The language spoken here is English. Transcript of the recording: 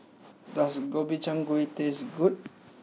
does Gobchang Gui taste good